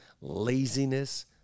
laziness